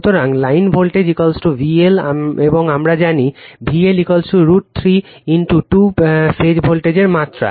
সুতরাং line voltage VL এবং আমরা জানি VL √ 3 ইন টু ফেজ ভোল্টেজের মাত্রা